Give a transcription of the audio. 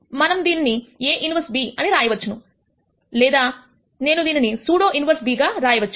మనం దీన్ని A 1b అని రాయవచ్చు లేదా నేను దీనిని సూడో ఇన్వెర్స్ b గా రాయవచ్చు